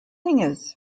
singers